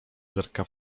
zerka